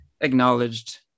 acknowledged